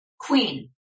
queen